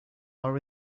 are